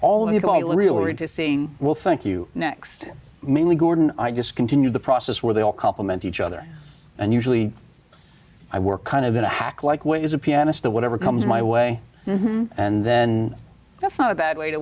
seeing will think you next mainly gordon i just continue the process where they all compliment each other and usually i were kind of in a hack like way as a pianist the whatever comes my way and then that's not a bad way to